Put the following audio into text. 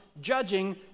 judging